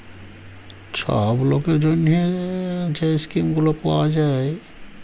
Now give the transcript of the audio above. ছব লকের জ্যনহে যে ইস্কিম গুলা পাউয়া যায়